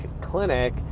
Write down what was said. clinic